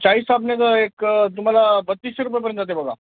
चाळीस साबणेचं एक तुम्हाला बत्तीसशे रुपयेपर्यंत जाते बघा